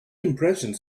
impressions